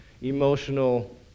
emotional